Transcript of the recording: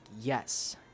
yes